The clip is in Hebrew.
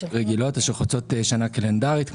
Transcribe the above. רגילות אשר חוצות שנה קלנדרית,